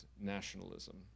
nationalism